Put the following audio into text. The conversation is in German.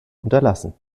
unterlassen